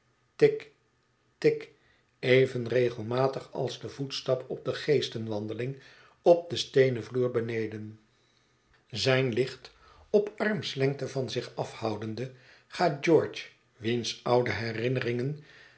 tik tik even regelmatig als de voetstap op de geestènwandeling op den steenen vloer beneden zijn licht op armslengte van zich afhoudende gaat george wiens oude herinneringen